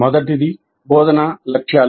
మొదటిది బోధనా లక్ష్యాలు